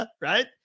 right